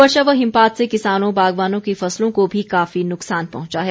वर्षा व हिमपात से किसानों बागवानों की फसलों को भी काफी नुकसान पहुंचा है